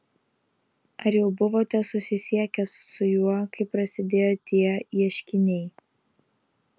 ar jau buvote susisiekęs su juo kai prasidėjo tie ieškiniai